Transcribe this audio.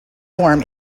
form